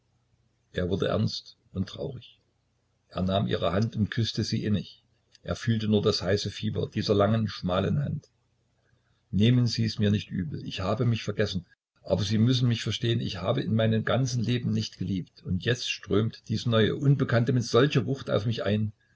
er wurde ernst und traurig er nahm ihre hand und küßte sie innig er fühlte nur das heiße fieber dieser langen schmalen hand nehmen sies mir nicht übel ich habe mich vergessen aber sie müssen mich verstehen ich habe in meinem ganzen leben nicht geliebt und jetzt strömt dies neue unbekannte mit solcher wucht auf mich ein